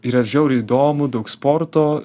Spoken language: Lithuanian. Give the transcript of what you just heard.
yra žiauriai įdomu daug sporto